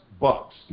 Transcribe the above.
Bucks